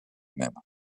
même